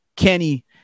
Kenny